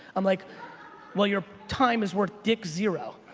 i'm like well your time is worth dick zero.